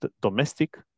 domestic